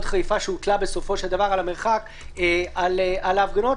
חריפה שהוטלה בסופו של דבר על המרחק על ההפגנות,